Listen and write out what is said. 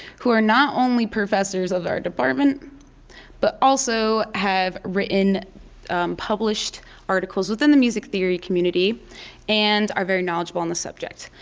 who are not only professors of our department but also have written and published articles within the music theory community and are very knowledgeable on the subject.